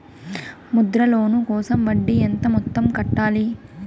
Mudra loan కోసం వడ్డీ ఎంత మొత్తం కట్టాలి